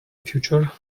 future